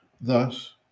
Thus